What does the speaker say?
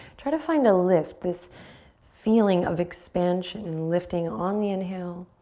try to find a lift. this feeling of expansion and lifting on the inhale.